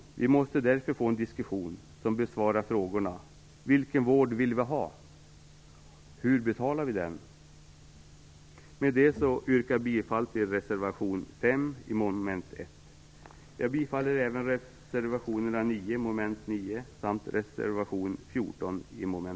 Vi måste därför få i gång en diskussion där man besvarar frågorna: Vilken vård vill vi ha? Hur betalar vi för den? Med det anförda yrkar jag bifall till reservation 5